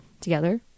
together